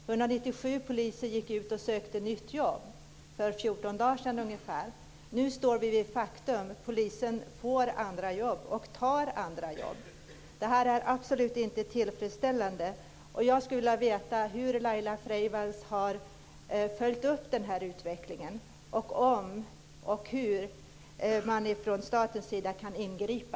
För ungefär 14 dagar sedan gick 197 poliser ut och sökte nytt jobb. Nu står vi vid faktum: Poliserna får andra jobb och tar andra jobb. Det här är absolut inte tillfredsställande. Jag skulle vilja veta hur Laila Freivalds har följt upp den här utvecklingen samt om och hur man från statens sida kan ingripa.